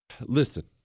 Listen